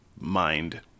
mind